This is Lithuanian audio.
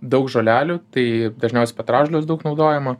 daug žolelių tai dažniausiai petražolės daug naudojama